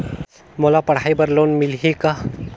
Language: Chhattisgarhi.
मोला पढ़ाई बर लोन मिलही का?